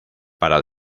para